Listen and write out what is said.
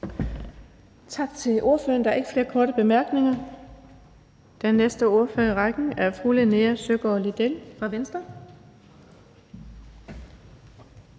Tak til ordføreren. Der er ikke flere korte bemærkninger. Den næste ordfører i rækken er fru Linea Søgaard-Lidell fra Venstre.